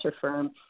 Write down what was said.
firm